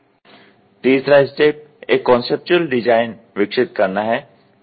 तीसरा स्टेप एक conceptual design विकसित करना है